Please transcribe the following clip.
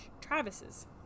Travis's